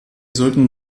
sollten